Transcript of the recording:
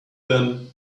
them